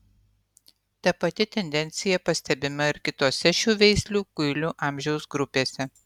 ta pati tendencija pastebima ir kitose šių veislių kuilių amžiaus grupėse